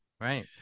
right